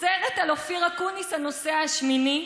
סרט על אופיר אקוניס: הנוסע השמיני.